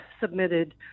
submitted